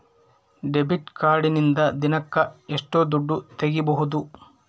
Debit ಕಾರ್ಡಿನಿಂದ ದಿನಕ್ಕ ಎಷ್ಟು ದುಡ್ಡು ತಗಿಬಹುದು?